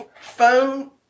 phone